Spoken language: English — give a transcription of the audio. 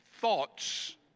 thoughts